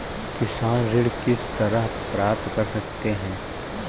किसान ऋण किस तरह प्राप्त कर सकते हैं?